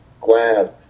glad